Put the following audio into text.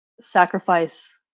sacrifice